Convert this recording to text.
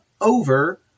over